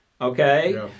Okay